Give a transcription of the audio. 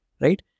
right